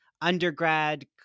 undergrad